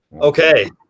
Okay